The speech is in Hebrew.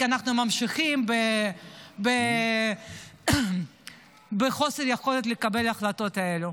כי אנחנו ממשיכים עם חוסר יכולת לקבל את ההחלטות האלה.